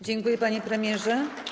Dziękuję, panie premierze.